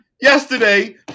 yesterday